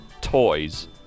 toys